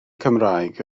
cymraeg